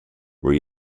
where